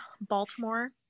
Baltimore